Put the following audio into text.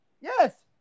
Yes